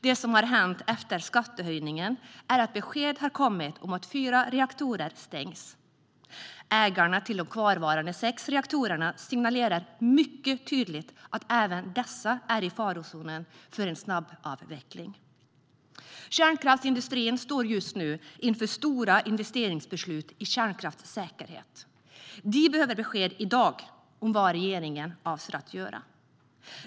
Det som har hänt efter skattehöjningen är att besked har kommit om att fyra reaktorer stängs. Ägarna till de kvarvarande sex reaktorerna signalerar mycket tydligt att även dessa är i farozonen för en snabbavveckling. Kärnkraftsindustrin står just nu inför stora investeringsbeslut i kärnkraftssäkerhet. Den behöver besked i dag om vad regeringen avser att göra.